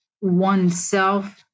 oneself